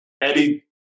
Eddie